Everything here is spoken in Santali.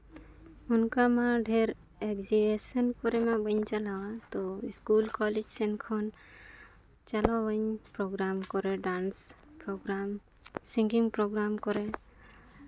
ᱚᱱᱠᱟ ᱢᱟ ᱰᱷᱮᱨ ᱮᱠᱡᱤᱵᱤᱥᱚᱱ ᱠᱚᱨᱮᱢᱟ ᱵᱟᱹᱧ ᱪᱟᱞᱟᱣᱟ ᱛᱳ ᱥᱠᱩᱞ ᱠᱚᱞᱮᱡᱽ ᱥᱮᱱ ᱠᱷᱚᱱ ᱪᱟᱞᱟᱣᱟᱹᱧ ᱯᱨᱚᱜᱨᱟᱢ ᱠᱚᱨᱮᱜ ᱰᱮᱱᱥ ᱯᱨᱳᱜᱨᱟᱢ ᱥᱤᱝᱜᱤᱝ ᱯᱨᱳᱜᱨᱟᱢ ᱠᱚᱨᱮ